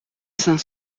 cinq